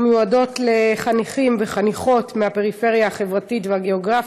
המיועדות לחניכים וחניכות מהפריפריה החברתית והגיאוגרפית,